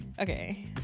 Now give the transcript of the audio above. okay